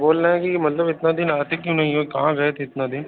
बोलना है कि मतलब इतना दिन आते क्यों नहीं हो कहाँ गए थे इतने दिन